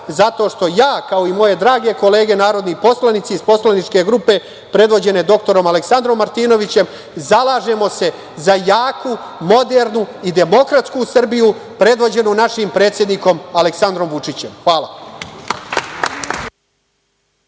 zato što ja, kao i moje drage kolege narodni poslanici iz poslaničke grupe predvođene dr Aleksandrom Martinovićem, zalažemo se za jaku, modernu i demokratsku Srbiju, predvođenu našim predsednikom Aleksandrom Vučićem. Hvala.